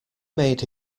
made